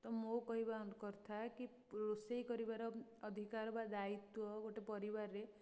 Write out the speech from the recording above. ତ ମୋ କହିବା ଅନୁ କଥା କି ରୋଷେଇ କରିବାର ଅଧିକାର ବା ଦାୟିତ୍ୱ ଗୋଟେ ପରିବାରରେ